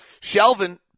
Shelvin